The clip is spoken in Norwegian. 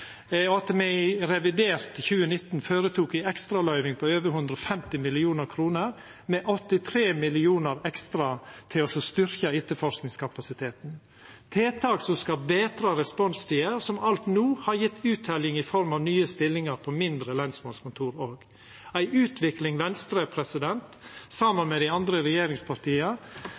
at me i revidert 2019 vedtok ei ekstraløyving på over 150 mill. kr, med 83 mill. kr ekstra til å styrkja etterforskingskapasiteten, tiltak som skal betra responstida, som alt no har gjeve utteljing i form av nye stillingar på mindre lensmannskontor – ei utvikling Venstre saman med dei andre regjeringspartia